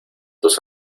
tus